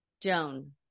Joan